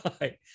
Right